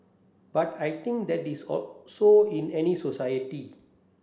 but I think that is so in any society